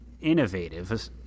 innovative